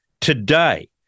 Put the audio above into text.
today